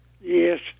Yes